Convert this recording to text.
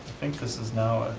think this is now,